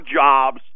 jobs